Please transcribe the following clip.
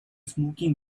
smoking